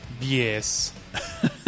Yes